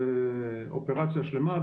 זה אופרציה שלמה,